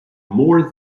more